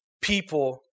people